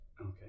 Okay